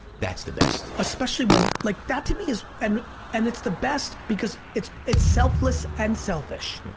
that's the best. especially when like that to me is and and it's the best because it's it's selfless and selfish.